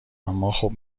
اماخب